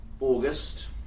August